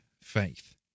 faith